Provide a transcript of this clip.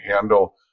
handle